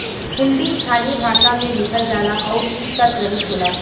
हुंडी स्थानीय भाषा में लिखल जाला आउर इ शर्तरहित होला